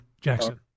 Jackson